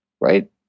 right